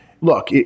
look